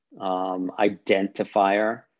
identifier